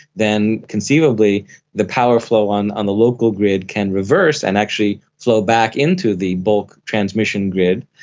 then conceivably the power flow on on the local grid can reverse and actually flow back into the bulk transmission grid,